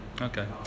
Okay